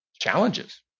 challenges